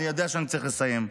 אני יודע שאני צריך לסיים.